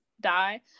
die